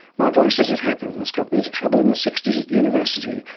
my voice, as it happens got me into trouble in the sixties at university,